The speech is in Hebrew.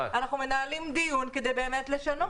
אנחנו מנהלים דיון כדי לשנות.